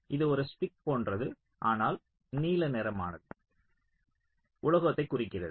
இது ஒரு ஸ்டிக் போன்றது ஆனால் நீல நிறமானது உலோகத்தை குறிக்கிறது